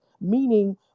Meaning